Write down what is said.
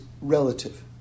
relative